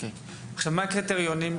מה הקריטריונים?